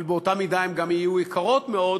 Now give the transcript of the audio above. אבל באותה מידה הן גם יהיו יקרות מאוד,